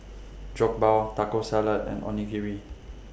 Jokbal Taco Salad and Onigiri